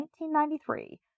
1993